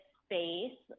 space